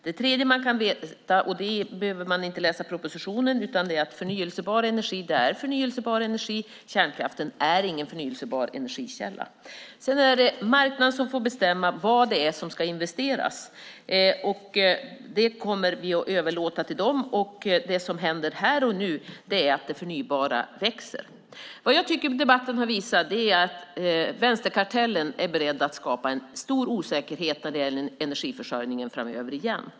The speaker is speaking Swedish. Det tredje man ska veta, och det behöver man inte läsa propositionen för, är att förnybar energi är just förnybar energi. Kärnkraften är ingen förnybar energikälla. Vi kommer att överlåta till marknaden att bestämma vad det är som ska investeras. Det som händer här och nu är att det förnybara växer. Jag tycker att debatten har visat att vänsterkartellen återigen är beredd att skapa en stor osäkerhet när det gäller energiförsörjningen framöver.